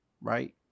right